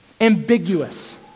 ambiguous